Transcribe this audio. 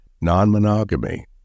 Non-monogamy